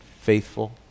faithful